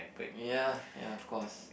mm ya ya of course